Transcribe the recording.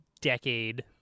decade